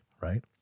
Right